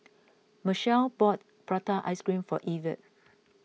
Michell bought Prata Ice Cream for Evertt